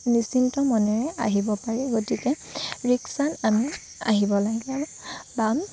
নিশ্চিন্ত মনেৰে আহিব পাৰে গতিকে ৰিক্সাত আমি আহিব লাগে আৰু বা